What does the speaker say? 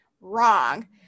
Wrong